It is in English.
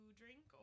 drink